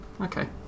Okay